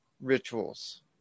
rituals